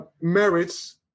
merits